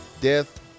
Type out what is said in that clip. death